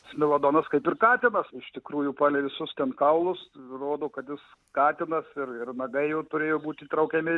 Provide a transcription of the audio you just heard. smelodonas kaip ir katė iš tikrųjų palei visus ten kaulus rodo kad jis katinas ir nagai jų turėjo būti traukiami